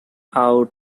out